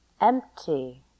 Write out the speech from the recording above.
empty